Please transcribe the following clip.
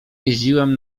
jeździłem